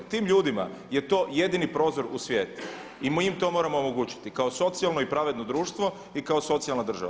Tim ljudima je to jedini prozor u svijet i mi im to moramo omogućiti kao socijalno i pravedno društvo i kao socijalna država.